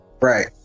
right